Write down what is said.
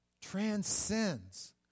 transcends